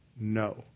No